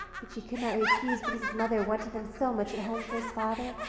which he could not refuse because his mother wanted them so much at home for his father.